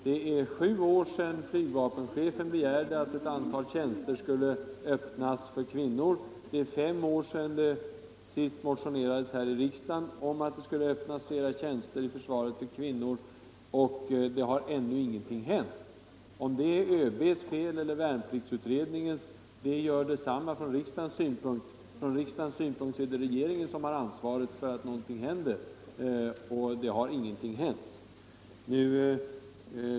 Det är sju år sedan flygvapenchefen begärde att ett antal tjänster skulle öppnas för kvinnor, det är fem år sedan det motionerades här i riksdagen om att det skulle öppnas fler tjänster i försvaret för kvinnor, och det har ännu ingenting hänt. Om det är ÖB:s fel eller värnpliktsutredningens fel är från riksdagens synpunkt detsamma. Från riksdagens horisont är det regeringen som har ansvaret för att något görs, och ingenting har hänt.